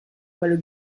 quel